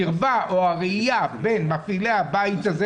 אין מספיק הראייה עם מפעילי הבית הזה,